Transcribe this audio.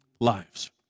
lives